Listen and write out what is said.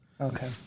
Okay